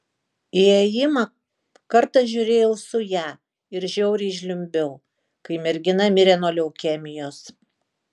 įėjimą kartą žiūrėjau su ja ir žiauriai žliumbiau kai mergina mirė nuo leukemijos